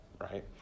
right